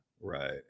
Right